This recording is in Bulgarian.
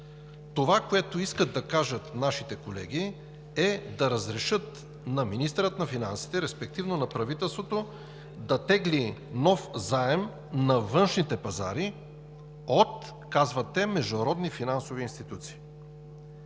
Това, което искат да кажат нашите колеги, е да разрешат на министъра на финансите, респективно на правителството да тегли нов заем на външните пазари от – казват те – „международни финансови институции“.